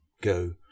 go